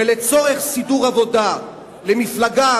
ולצורך סידור עבודה למפלגה,